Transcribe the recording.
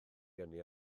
gennyf